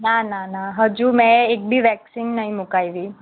ના ના ના હજુ મેં એક બી વેક્સીન નથી મુકાવી